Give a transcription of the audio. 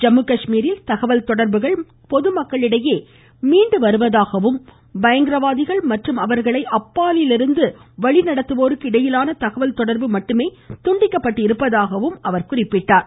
ஜம்முகாஷ்மீரில் தகவல் தொடர்புகள் பொதுமக்களிடையே மீண்டு வருவதாகவும் பயங்கரவாதிகள் மற்றும் அவர்களை அப்பாலிலிருந்து வழிநடத்துவோருக்கு இடையிலான தகவல் தொடர்பு துண்டிக்கப்பட்டிருப்பதாகவும் அவர் குறிப்பிட்டார்